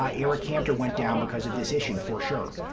um eric cantor went down because of this issue for sure.